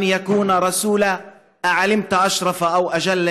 חוש כלפיו יראת כבוד / המורה,